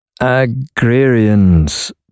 agrarians